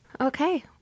Okay